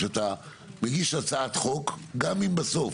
כשאתה מגיש הצעת חוק גם אם בסוף